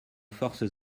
forces